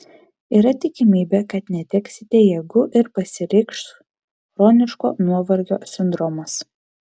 yra tikimybė kad neteksite jėgų ir pasireikš chroniško nuovargio sindromas